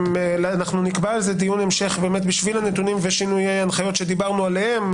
נקבע על זה דיון המשך בשביל הנתונים ושינויי ההנחיות שדיברנו עליהם,